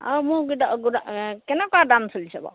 আৰু মোক গোদা গোদা কেনেকুৱা দাম চলিছে বাৰু